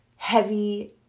Heavy